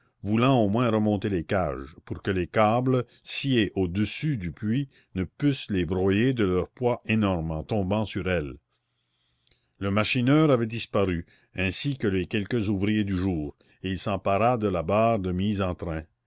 voulant au moins remonter les cages pour que les câbles sciés au-dessus du puits ne pussent les broyer de leur poids énorme en tombant sur elles le machineur avait disparu ainsi que les quelques ouvriers du jour et il s'empara de la barre de mise en train